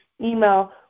email